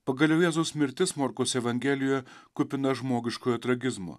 pagaliau jėzaus mirtis morkaus evangelijoje kupina žmogiškojo tragizmo